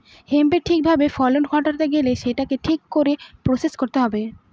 হেম্পের ঠিক ভাবে ফলন ঘটাতে গেলে সেটাকে ঠিক করে প্রসেস করতে হবে